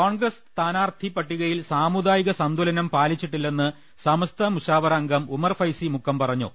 കോൺഗ്രസ് സ്ഥാനാർത്ഥി പട്ടികയിൽ സാമുദായിക സന്തുലനം പാലിച്ചിട്ടില്ലെന്ന് സമസ്ത മുശാവറ അംഗം ഉമർഫൈസി മുക്കം പറഞ്ഞു